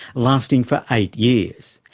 lasting for eight years.